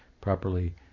properly